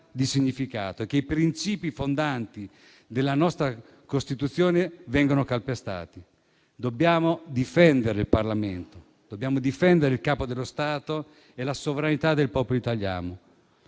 di significato e che i principi fondanti della nostra Costituzione vengano calpestati. Dobbiamo difendere il Parlamento, il Capo dello Stato e la sovranità del popolo italiano.